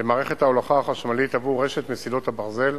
למערכת ההולכה החשמלית עבור רשת מסילות הברזל,